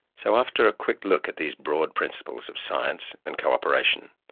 so after a quick look at these broad principles of science and cooperation,